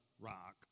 rock